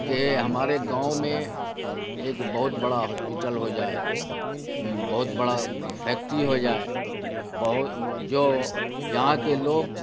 کہ ہمارے گاؤں میں ایک بہت بڑا ہاسپیٹل ہو جائے بہت بڑا فیکٹری ہو جائے جو یہاں کے لوگ